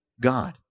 God